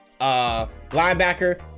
linebacker